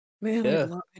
Man